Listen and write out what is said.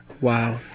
Wow